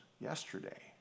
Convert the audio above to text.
yesterday